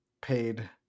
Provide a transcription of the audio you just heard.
paid